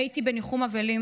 הייתי בניחום אבלים